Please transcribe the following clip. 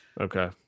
Okay